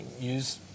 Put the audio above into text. use